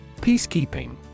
Peacekeeping